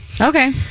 Okay